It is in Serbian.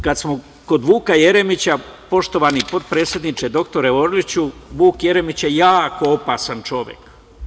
Kad smo kod Vuka Jeremića, poštovani potpredsedniče, dr Orliću, Vuk Jeremić je jako opasan čovek.